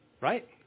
Right